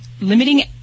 limiting